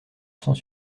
sans